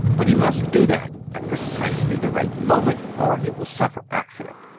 but he must do that at precisely the right moment, or he will suffer accident.